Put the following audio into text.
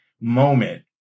moment